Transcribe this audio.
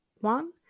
one